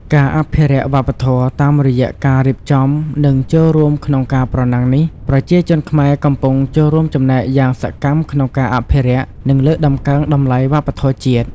ការអភិរក្សវប្បធម៌ តាមរយៈការរៀបចំ និងចូលរួមក្នុងការប្រណាំងនេះ ប្រជាជនខ្មែរកំពុងចូលរួមចំណែកយ៉ាងសកម្មក្នុងការអភិរក្ស និងលើកតម្កើងតម្លៃវប្បធម៌ជាតិ។